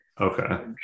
Okay